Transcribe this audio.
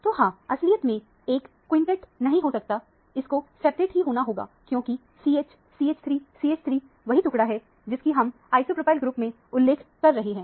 तो है असलियत में एक क्विंटेट नहीं हो सकता इसको सेप्टेट ही होना होगा क्योंकि CH - CH3 CH3 वही टुकड़ा है जिसकी हम आइसोप्रोपाइल ग्रुप में उल्लेख कर रहे हैं